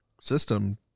system